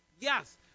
yes